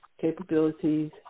capabilities